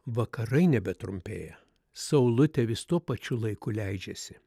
vakarai nebetrumpėja saulutė vis tuo pačiu laiku leidžiasi